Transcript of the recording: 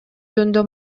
жөнүндө